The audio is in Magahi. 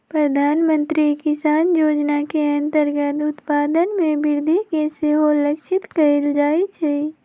प्रधानमंत्री किसान जोजना के अंतर्गत उत्पादन में वृद्धि के सेहो लक्षित कएल जाइ छै